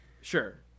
Sure